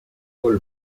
col